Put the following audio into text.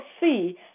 see